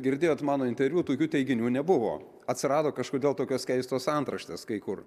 girdėjot mano interviu tokių teiginių nebuvo atsirado kažkodėl tokios keistos antraštės kai kur